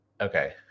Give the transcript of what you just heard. Okay